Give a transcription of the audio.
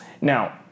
Now